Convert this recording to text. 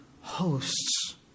hosts